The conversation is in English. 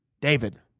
David